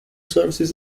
services